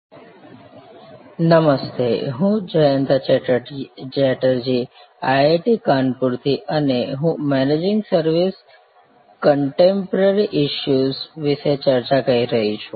સેવાઓની પડકારો નમસ્તે હું જયંતા ચેટર્જી આઇઆઇટી કાનપુર થી અને હું મેનેજિંગ સર્વિસિસ કોનટેમપોરારી ઈસ્સૂએસ વિશે ચર્ચા કરી રહી છું